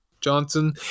Johnson